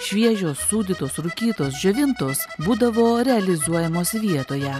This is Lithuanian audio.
šviežios sūdytos rūkytos džiovintos būdavo realizuojamos vietoje